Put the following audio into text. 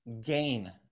gain